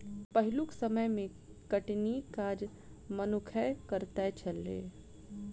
पहिलुक समय मे कटनीक काज मनुक्खे करैत छलै